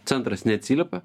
centras neatsiliepia